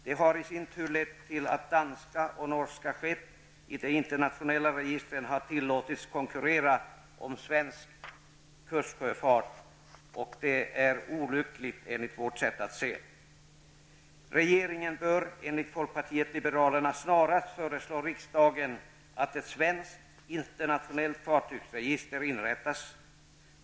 Detta har i sin tur lett till att danska och norska skepp i de internationella registren har tillåtits konkurrera om svensk kustsjöfart, och det är olyckligt. Regeringen bör enligt folkpartiet liberalerna snarast föreslå riksdagen att ett svenskt internationellt fartygsregister inrättas.